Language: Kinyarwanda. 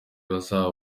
bazaba